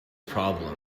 problem